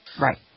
Right